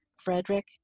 Frederick